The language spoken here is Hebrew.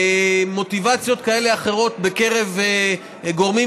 מוטיבציות כאלה ואחרות בקרב גורמים